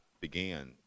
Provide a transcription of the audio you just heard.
began